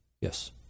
Yes